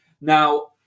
Now